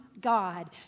God